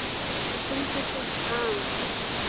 इसी ही सेट के हाँ